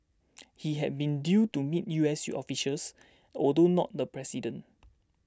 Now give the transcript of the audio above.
he had been due to meet U S officials although not the president